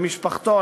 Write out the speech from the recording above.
למשפחתו,